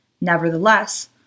Nevertheless